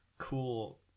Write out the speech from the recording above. cool